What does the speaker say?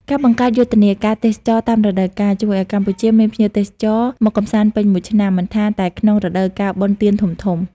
ការបង្កើតយុទ្ធនាការទេសចរណ៍តាមរដូវកាល ជួយឱ្យកម្ពុជាមានភ្ញៀវទេសចរមកកម្សាន្តពេញមួយឆ្នាំ មិនថាតែក្នុងរដូវកាលបុណ្យទានធំៗ។